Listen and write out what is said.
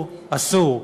אסור,